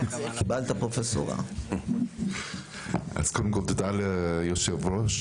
קודם כל תודה ליושב-ראש,